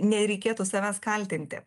nereikėtų savęs kaltinti